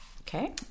Okay